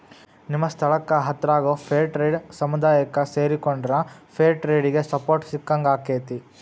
ನಿಮ್ಮ ಸ್ಥಳಕ್ಕ ಹತ್ರಾಗೋ ಫೇರ್ಟ್ರೇಡ್ ಸಮುದಾಯಕ್ಕ ಸೇರಿಕೊಂಡ್ರ ಫೇರ್ ಟ್ರೇಡಿಗೆ ಸಪೋರ್ಟ್ ಸಿಕ್ಕಂಗಾಕ್ಕೆತಿ